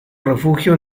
refugio